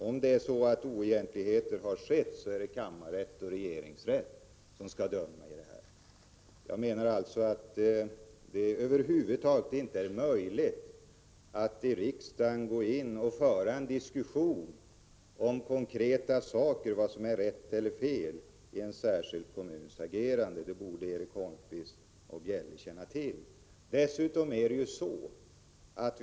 Om oegentligheter har skett är det sedan kammarrätt och regeringsrätt som skall döma. Det är över huvud taget inte möjligt att i riksdagen föra en diskussion om vad som är rätt och fel i en enskild kommuns agerande i konkreta fall; det borde Erik Holmkvist och Britta Bjelle känna till.